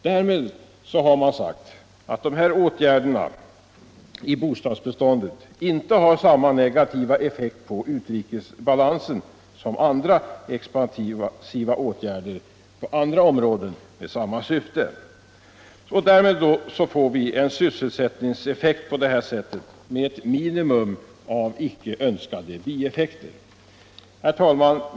Därmed har man sagt att dessa åtgärder i bostadsbeståndet inte har samma negativa effekt på utrikesbalansen som andra expansiva åtgärder på andra områden med samma syfte. Satsar vi på energibesparande åtgärder får vi en sysselsättningseffekt med ett minimum av icke önskade bieffekter. Herr talman!